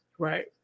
Right